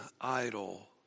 idol